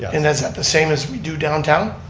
yeah and is that the same as we do downtown?